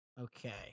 Okay